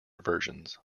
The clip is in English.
versions